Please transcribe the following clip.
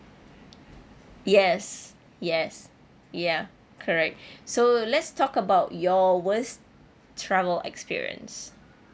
yes yes ya correct so let's talk about your worst travel experience